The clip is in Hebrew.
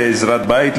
לעזרת בית,